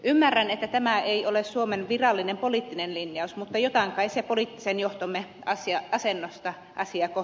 ymmärrän että tämä ei ole suomen virallinen poliittinen linjaus mutta jotain kai se poliittisen johtomme asennosta asiaa kohtaan kertoo